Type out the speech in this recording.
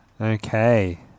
Okay